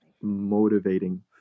motivating